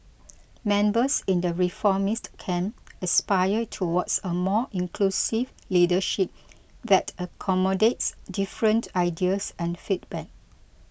members in the reformist camp aspire towards a more inclusive leadership that accommodates different ideas and feedback